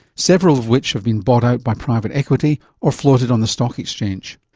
several of which have been bought out by private equity or floated on the stock exchange.